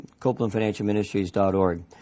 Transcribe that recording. copelandfinancialministries.org